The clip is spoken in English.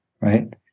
right